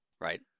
right